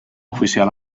oficial